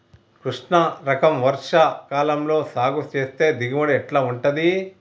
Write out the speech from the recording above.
కృష్ణ రకం వర్ష కాలం లో సాగు చేస్తే దిగుబడి ఎట్లా ఉంటది?